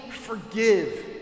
forgive